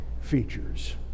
features